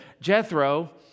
Jethro